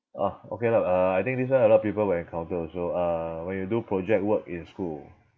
orh okay lah uh I think this one a lot of people will encounter also uh when you do project work in school